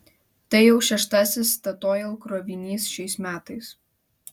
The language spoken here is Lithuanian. tai jau šeštasis statoil krovinys šiais metais